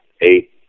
eight